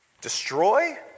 Destroy